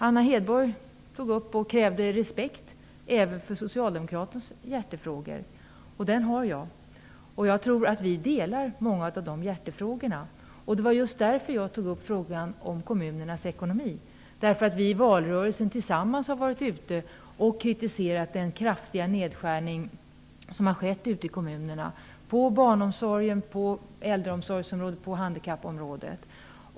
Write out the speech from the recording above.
Anna Hedborg krävde respekt även för socialdemokratiska hjärtefrågor. Den har jag. Jag tror att vi delar många av dessa hjärtefrågor. Det var just därför jag tog upp frågan om kommunernas ekonomi. Vi har ju i valrörelsen tillsammans varit ute och kritiserat den kraftiga nedskärning som har skett ute i kommunerna. Man har skurit ned på barnomsorgen, äldreomsorgen och handikappområdet.